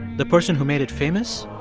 the person who made it famous.